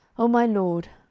oh my lord,